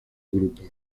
grupos